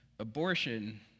Abortion